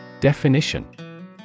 Definition